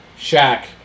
Shaq